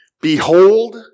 behold